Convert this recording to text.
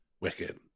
wicked